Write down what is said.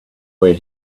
where